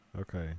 Okay